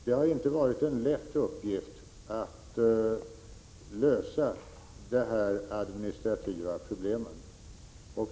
Det har inte varit en lätt uppgift att lösa de administrativa problemen.